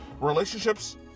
relationships